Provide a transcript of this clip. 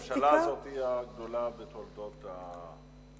כי הממשלה הזאת היא הגדולה בתולדות המדינה,